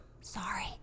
Sorry